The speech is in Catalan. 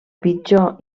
pitjor